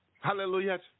Hallelujah